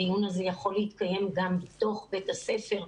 הדיון הזה יכול להתקיים בתוך בית הספר,